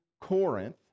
Corinth